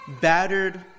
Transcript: battered